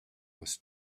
was